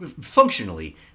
functionally